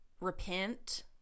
repent